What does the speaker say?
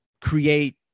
create